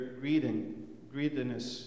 greediness